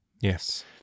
Yes